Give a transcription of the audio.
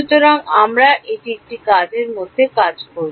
সুতরাং আমরা এটি একটি কাজ মধ্যে কাজ করব